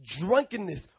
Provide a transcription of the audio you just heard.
drunkenness